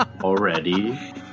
already